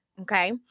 Okay